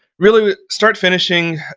really, start finishing,